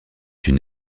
une